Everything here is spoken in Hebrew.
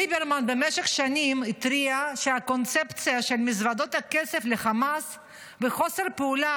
ליברמן במשך שנים התריע שהקונספציה של מזוודות הכסף לחמאס וחוסר פעולה